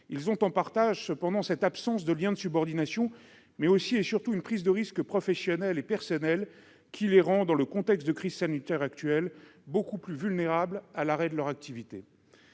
ont en partage l'absence de lien de subordination, mais aussi et surtout une prise de risque professionnel et personnel qui, dans le contexte de crise sanitaire actuel, les rend beaucoup plus vulnérables à l'arrêt de leur activité.